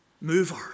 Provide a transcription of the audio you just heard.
mover